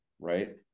right